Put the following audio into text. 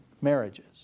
marriages